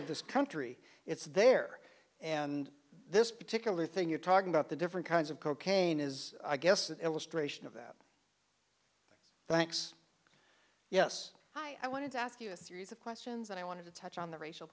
of this country it's there and this particular thing you're talking about the different kinds of cocaine is i guess an illustration of that thanks yes i wanted to ask you a series of questions and i wanted to touch on the racial